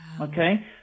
Okay